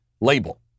label